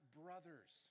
brothers